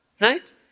Right